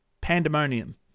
pandemonium